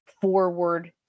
forward